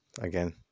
Again